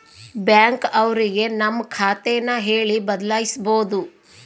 bank ಅವ್ರಿಗೆ ನಮ್ ಖಾತೆ ನ ಹೇಳಿ ಬದಲಾಯಿಸ್ಬೋದು